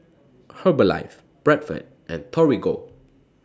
Herbalife Bradford and Torigo